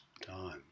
time